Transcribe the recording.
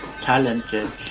talented